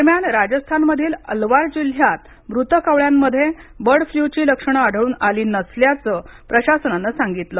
दरम्यान राजस्थानमधील अलवार जिल्ह्यात मृत कावळ्यांमध्ये बर्ड फ्लूची लक्षणं आढळून आली नसल्याचं प्रशासनाने सांगितलं